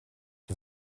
for